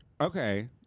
Okay